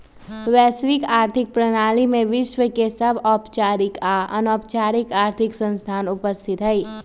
वैश्विक आर्थिक प्रणाली में विश्व के सभ औपचारिक आऽ अनौपचारिक आर्थिक संस्थान उपस्थित हइ